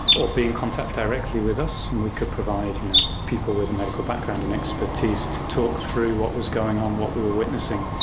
or be in contact directly with us and we could provide you know people with a medical background and expertise to talk through what was going on, what we were witnessing.